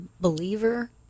believer